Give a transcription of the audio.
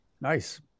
Nice